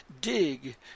dig